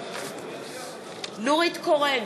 בעד נורית קורן,